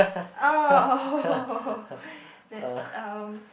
uh oh that's um